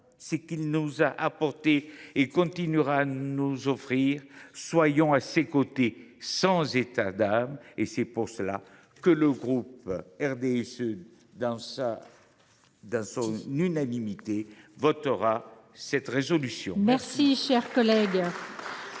ce qu’il nous a apporté et continuera à nous offrir, soyons à ses côtés, sans états d’âme. C’est pour cela que le groupe RDSE, à l’unanimité, votera cette résolution. La